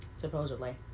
supposedly